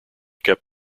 kept